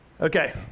Okay